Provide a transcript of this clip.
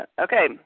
Okay